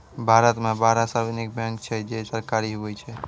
भारत मे बारह सार्वजानिक बैंक छै जे सरकारी हुवै छै